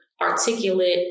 articulate